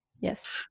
Yes